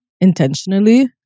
intentionally